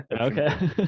Okay